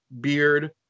beard